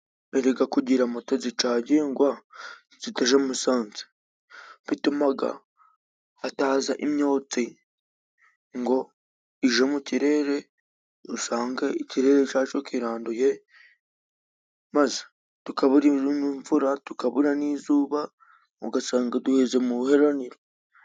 Erega kugira moto zicagingwa zitaja i Musanze bitumaga hataza imyotsi ngo ije mu kirere, usange ikirere cacu kiranduye maze tukabura imvura, tukabura n'izuba, ugasanga duheze mu buheraniro.